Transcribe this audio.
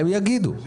הם יתייחסו.